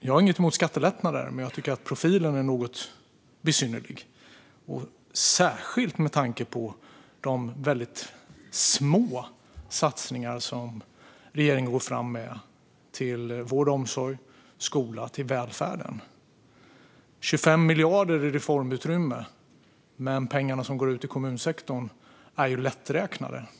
Jag har inget emot skattelättnader, men jag tycker att profilen är något besynnerlig - särskilt med tanke på de väldigt små satsningar på vård och omsorg, skola och välfärd som regeringen går fram med. Det är 25 miljarder i reformutrymme, men pengarna som går ut till kommunsektorn är lätträknade.